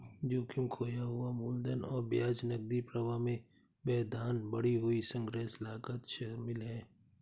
जोखिम, खोया हुआ मूलधन और ब्याज, नकदी प्रवाह में व्यवधान, बढ़ी हुई संग्रह लागत शामिल है